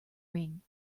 ring